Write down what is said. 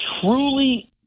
truly